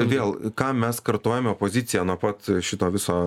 vėl ką mes kartojame opozicija nuo pat šito viso